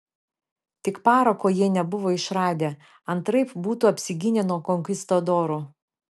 tik parako jie nebuvo išradę antraip būtų apsigynę nuo konkistadorų